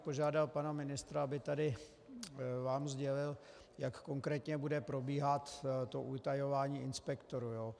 Požádal bych pana ministra, aby tady sdělil, jak konkrétně bude probíhat utajování inspektorů.